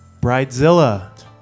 Bridezilla